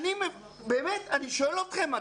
אני שואל אתכם,